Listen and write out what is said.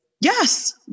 Yes